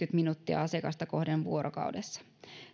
minuuttia asiakasta kohden vuorokaudessa